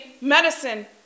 medicine